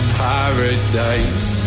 paradise